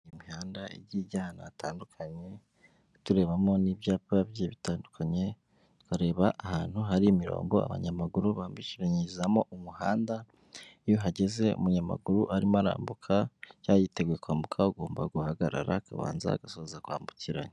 Imihanda igiye ijya hatandukanye, turebamo n'ibyapa bigiye bitandukanye, tukaba tureba ahantu hari imirongo abanyamaguru bambikiranyirizamo umuhanda, iyo uhageze umunyamaguru arimo arambuka cyangwa yiteguye kwambuka, ugomba guhagarara akabanza agasoza kwambukiranya.